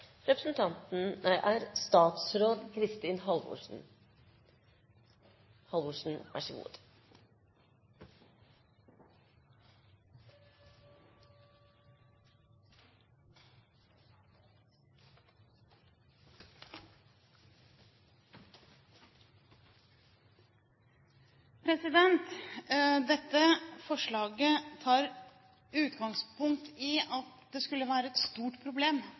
Representanten Abid Q. Raja har tatt opp det forslaget han refererte. Dette forslaget tar utgangspunkt i at det skulle være et stort problem